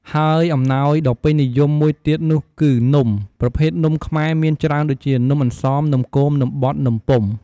ហើយអំណោយដ៏ពេញនិយមមួយទៀតនោះគឹនំ ប្រភេទនំខ្មែរមានច្រើនដូចជានំអន្សម នំគម នំបត់ នំពុម្ភ